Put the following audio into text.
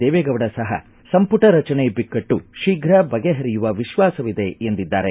ದೇವೇಗೌಡ ಸಹ ಸಂಪುಟ ರಚನೆ ಬಿಕ್ಕಟ್ಟು ಶೀಘ ಬಗೆಹರಿಯುವ ವಿಶ್ವಾಸವಿದೆ ಎಂದಿದ್ದಾರೆ